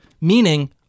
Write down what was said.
Meaning